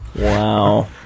Wow